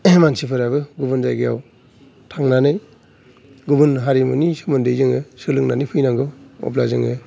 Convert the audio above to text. मानसिफोराबो गुबुन जायगायाव थांनानै गुबुन हारिमुनि सोमोन्दै जोङो सोलोंनानै फैनांगौ अब्ला जोङो